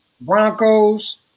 Broncos